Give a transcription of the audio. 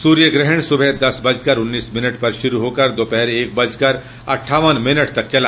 सूर्यग्रहण सुबह दस बजकर उन्नीस मिनट पर शुरू होकर दोपहर एक बजकर अट्ठावन मिनट तक चला